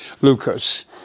Lucas